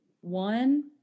One